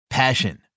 Passion